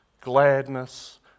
gladness